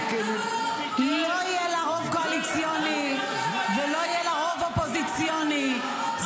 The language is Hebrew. לא יהיה לה רוב קואליציוני ולא רוב אופוזיציוני.